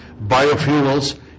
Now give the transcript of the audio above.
Biofuels